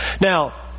Now